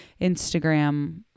Instagram